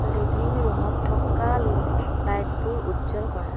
living ৰুমত থকা লাইটবোৰ উজ্জ্বল কৰা